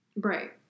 Right